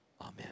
amen